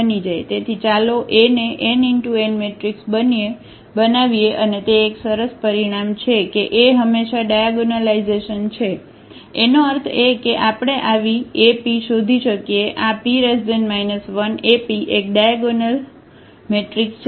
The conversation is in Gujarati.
તેથી ચાલો A ને nn મેટ્રિક્સ બનીએ અને તે એક સરસ પરિણામ છે કે A હંમેશા ડાયાગોનલાઇઝેશન છે એનો અર્થ એ કે આપણે આવી A P શોધી શકીએ કે આ P 1AP એક ડાયાગોનલ મેટ્રિક્સ છે